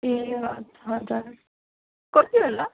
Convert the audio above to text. ए हजुर कति होला